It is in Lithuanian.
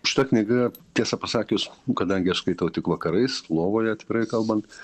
šta knyga tiesą pasakius kadangi aš skaitau tik vakarais lovoje tikrai kalbant